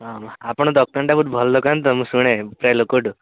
ହଁ ଆପଣଙ୍କ ଦୋକାନଟା ବହୁତ ଭଲ ଦୋକାନ ତ ମୁଁ ଶୁଣେ ପ୍ରାୟ ଲୋକଙ୍କଠୁ